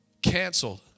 Canceled